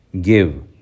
give